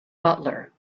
butler